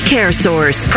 CareSource